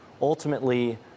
ultimately